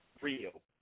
real